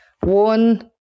One